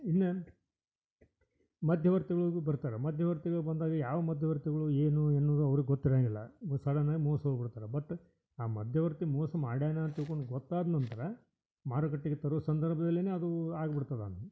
ಇನ್ನು ಮಧ್ಯವರ್ತಿಗಳಿಗೂ ಬರ್ತಾರೆ ಮಧ್ಯವರ್ತಿಗಳು ಬಂದಾಗ ಯಾವ ಮಧ್ಯವರ್ತಿಗಳು ಏನು ಎನ್ನುವುದು ಅವ್ರಿಗ್ ಗೊತ್ತಿರೋಂಗಿಲ್ಲ ಸಾಧಾರ್ಣ್ವಾಗಿ ಮೋಸ ಹೋಗ್ಬಿಡ್ತಾರೆ ಬಟ್ ಆ ಮಧ್ಯವರ್ತಿ ಮೋಸ ಮಾಡ್ಯಾನೆ ಅಂತ ತಿಳ್ಕೊಂಡು ಗೊತ್ತಾದ ನಂತರ ಮಾರುಕಟ್ಟೆಗೆ ತರೋ ಸಂದರ್ಭ್ದಲ್ಲಿಯೇ ಅದು ಆಗ್ಬಿಡ್ತದೆ